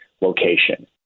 location